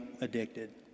addicted